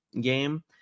game